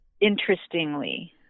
interestingly